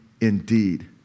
indeed